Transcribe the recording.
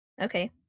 okay